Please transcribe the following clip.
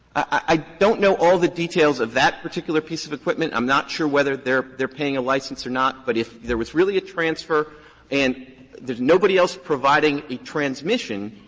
i don't know all the details of that particular piece of equipment. i'm not sure whether they're they're paying a license or not. but if there was really a transfer and there's nobody else providing a transmission,